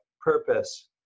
purpose